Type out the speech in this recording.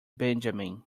benjamin